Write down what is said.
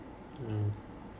mm